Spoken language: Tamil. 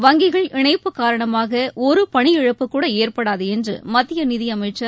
வங்கிகள் இணைப்பு காரணமாக ஒரு பணியிழப்புக்கூட ஏற்படாது என்று மத்திய நிதியமைச்சர்